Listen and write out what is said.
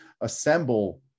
assemble